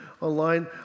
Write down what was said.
online